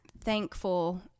thankful